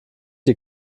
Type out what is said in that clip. die